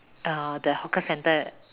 uh the hawker centre